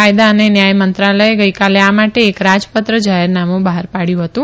કાયદા અને ન્યાય મંત્રાલયે ગઇકાલે આ માતે એક રાજપત્ર જાહેરનામું બહાર પાડ્યું હતું